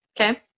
Okay